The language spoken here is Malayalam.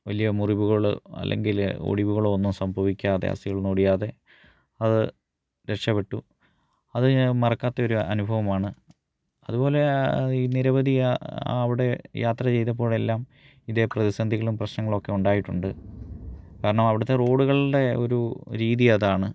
വലിയ മുറിവുകൾ അല്ലെങ്കിൽ ഒടിവുകളോ ഒന്നും സംഭവിക്കാതെ അസ്ഥികളൊന്നും ഒടിയാതെ അത് രക്ഷപ്പെട്ടു അത് ഞാൻ മറക്കാത്ത ഒരു അനുഭവമാണ് അതുപോലെ ഈ നിരവധി അവിടെ യാത്ര ചെയ്തപ്പോൾ എല്ലാം ഇതേ പ്രതിസന്ധികളും പ്രശ്നങ്ങളും ഒക്കെ ഉണ്ടായിട്ടുണ്ട് കാരണം അവിടുത്തെ റോഡുകളുടെ ഒരു രീതി അതാണ്